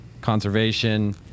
conservation